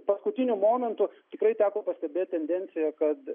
paskutiniu momentu tikrai teko pastebėt tendenciją kad